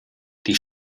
die